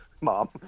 Mom